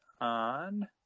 on